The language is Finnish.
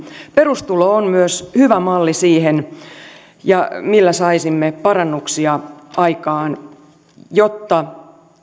perustulo on myös hyvä malli siihen miten saisimme parannuksia aikaan jotta